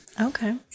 Okay